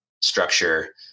structure